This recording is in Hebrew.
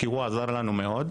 שגם ניסה לעזור לנו ממש,